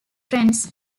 friends